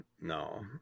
no